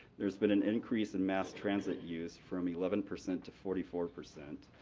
there's been an increase in mass transit use from eleven percent to forty four percent,